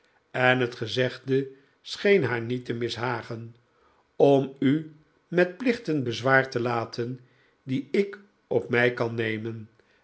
en het gezegde scheen haar niet te mishagen om u met plichten bezwaard te laten die ik op mij kan nemen